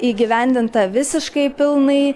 įgyvendinta visiškai pilnai